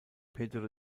pedro